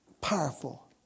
powerful